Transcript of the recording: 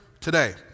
today